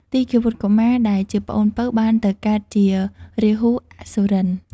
ទីឃាវុត្ត កុមារ ដែលជាប្អូនពៅបានទៅកើតជា រាហូអសុរិន្ទ។